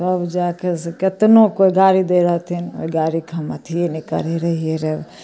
तब जाके से कितनो कोइ गारि दै रहथिन ओइ गारिके हम अथिये नहि करय रहियै रऽ